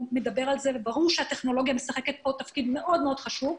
וברור שהטכנולוגיה משחקת פה תפקיד מאוד חשוב.